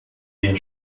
den